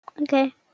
Okay